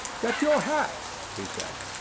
get your hat, he said.